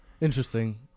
interesting